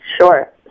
Sure